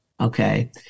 Okay